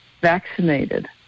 vaccinated